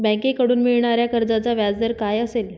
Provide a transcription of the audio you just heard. बँकेकडून मिळणाऱ्या कर्जाचा व्याजदर काय असेल?